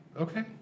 Okay